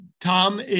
Tom